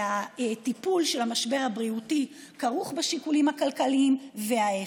והטיפול במשבר הבריאותי כרוך בשיקולים הכלכליים וההפך.